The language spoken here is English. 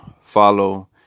follow